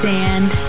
Sand